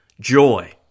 Joy